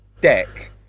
deck